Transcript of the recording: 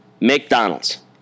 McDonald's